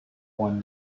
won